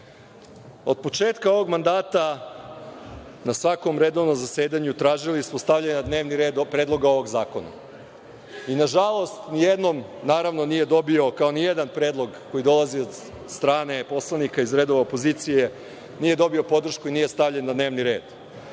početka ovog mandata na svakom redovnom zasedanju tražili smo stavljanje na dnevni red Predlog ovog zakona. Nažalost, nijednom, naravno nije dobio, kao ni jedan predlog koji dolazi od strane poslanika iz redova opozicije, nije dobio podršku i nije stavljen na dnevni red.